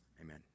amen